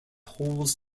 holes